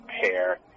pair